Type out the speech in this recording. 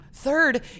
Third